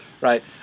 right